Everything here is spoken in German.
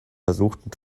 versuchten